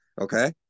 Okay